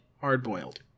hard-boiled